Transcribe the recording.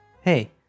Hey